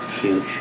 Huge